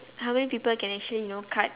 how many people can actually you know cut